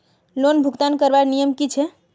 Loan भुगतान करवार नियम की छे?